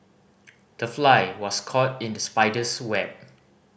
the fly was caught in the spider's web